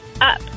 Up